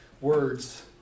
words